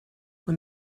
when